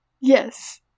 yes